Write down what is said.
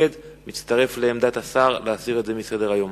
נגד מצטרף לעמדת השר, להסיר את הנושא מסדר-היום.